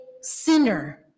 sinner